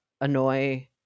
annoy